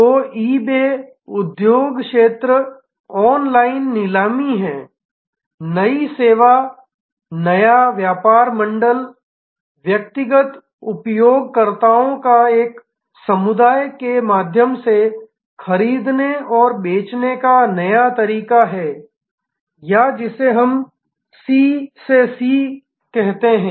तो ईबे उद्योग क्षेत्र ऑनलाइन नीलामी है नई सेवा नया व्यापार मॉडल व्यक्तिगत उपयोगकर्ताओं के एक समुदाय के माध्यम से खरीदने और बेचने का एक नया तरीका है या जिसे हम अभी C से C कहते हैं